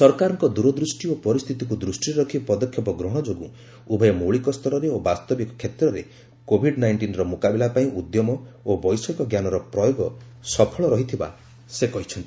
ସରକାରଙ୍କ ଦୂରଦୃଷ୍ଟି ଓ ପରିସ୍ଥିତିକୁ ଦୃଷ୍ଟିରେ ରଖି ପଦକ୍ଷେପ ଗ୍ରହଣ ଯୋଗୁଁ ଉଭୟ ମୌଳିକ ସ୍ତରରେ ଓ ବାସ୍ତବିକ କ୍ଷେତ୍ରରେ କୋଭିଡ୍ ନାଇଷ୍ଟିନ୍ର ମୁକାବିଲା ପାଇଁ ଉଦ୍ୟମ ଓ ବୈଷୟିକ ଜ୍ଞାନର ପ୍ରୟୋଗ ସଫଳ ରହିଥିବା ସେ କହିଛନ୍ତି